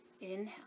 Inhale